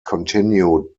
continued